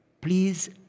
Please